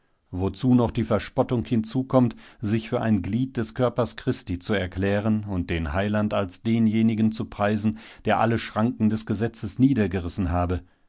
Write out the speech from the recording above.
wozu noch die verspottung hinzukommt sich für ein glied des körpers christi zu erklären und den heiland als denjenigen zu preisen der alle schranken des gesetzes niedergerissen habe